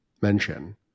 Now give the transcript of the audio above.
mention